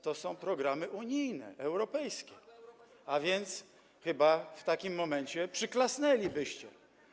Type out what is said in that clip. To są programy unijne, europejskie, a więc chyba w takim momencie przyklasnęlibyście.